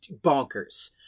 bonkers